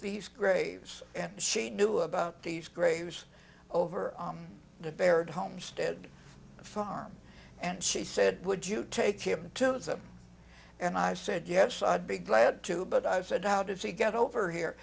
these graves and she knew about these graves over the bared homestead farm and she said would you take him to them and i said yes i'd be glad to but i said how did she get over here